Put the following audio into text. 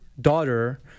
daughter